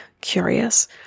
curious